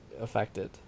affected